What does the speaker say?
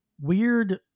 weird